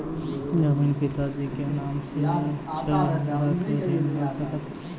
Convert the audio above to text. जमीन पिता जी के नाम से छै हमरा के ऋण मिल सकत?